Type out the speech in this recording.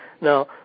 Now